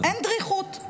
אין דריכות.